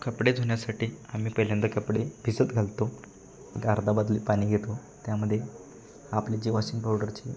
कपडे धुण्यासाठी आम्ही पहिल्यांदा कपडे भिजत घालतो अर्धा बादली पाणी घेतो त्यामध्ये आपली जी वॉशिंग पावडरची